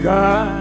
God